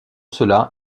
cela